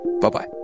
Bye-bye